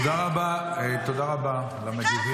תודה רבה, תודה רבה למגיבים.